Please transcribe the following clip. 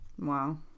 Wow